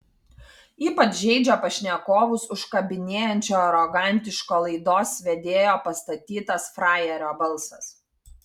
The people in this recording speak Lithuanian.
ypač žeidžia pašnekovus užkabinėjančio arogantiško laidos vedėjo pastatytas frajerio balsas